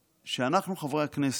שאנחנו, חברי הכנסת,